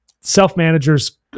self-managers